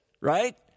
right